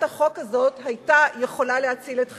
החוק הזאת היתה יכולה להציל את חייה.